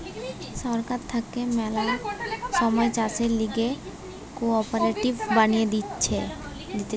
সরকার থাকে ম্যালা সময় চাষের লিগে কোঅপারেটিভ বানিয়ে দিতেছে